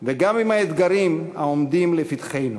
וגם עם האתגרים העומדים לפתחנו.